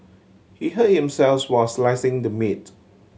he hurt himself while slicing the meat